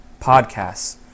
podcasts